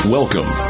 Welcome